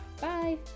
Bye